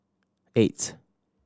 eight